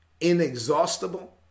inexhaustible